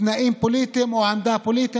בתנאים פוליטיים או בעמדה פוליטית.